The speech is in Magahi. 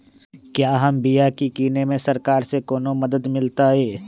क्या हम बिया की किने में सरकार से कोनो मदद मिलतई?